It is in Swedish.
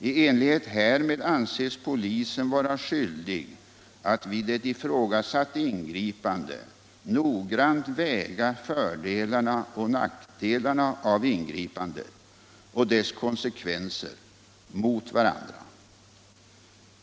I enlighet härmed anses polisen vara skyldig att vid ett ifrågasatt Torsdagen den ingripande noggrant väga fördelarna och nackdelarna av ingripandet och 2 december 1976 dess konsekvenser mot varandra.